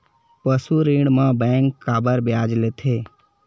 पशु ऋण म बैंक काबर ब्याज लेथे?